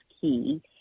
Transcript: key